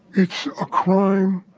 it's a crime